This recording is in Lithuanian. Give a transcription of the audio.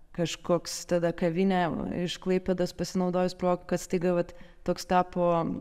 kažkoks tada kavinė iš klaipėdos pasinaudojus proga kad staiga vat toks tapo